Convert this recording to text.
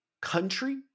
country